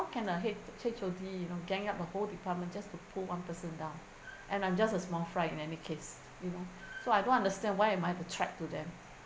can a H H_O_D you know gang up a whole department just to pull one person down and I'm just a small fry in any case you know so I don't understand why am I the threat to them